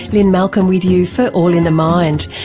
lynne malcolm with you for all in the mind,